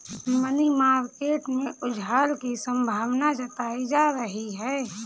money market में उछाल की संभावना जताई जा रही है